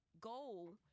goal